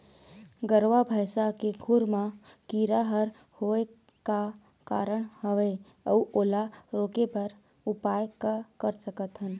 गरवा भैंसा के खुर मा कीरा हर होय का कारण हवए अऊ ओला रोके बर का उपाय कर सकथन?